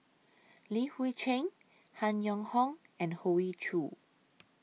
Li Hui Cheng Han Yong Hong and Hoey Choo